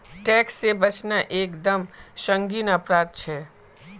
tax से बचना एक दम संगीन अपराध छे